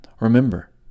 Remember